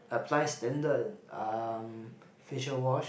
applies then the um facial wash